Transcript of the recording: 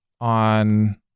on